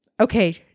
okay